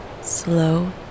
slow